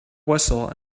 vessel